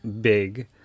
big